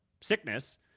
sickness